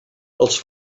els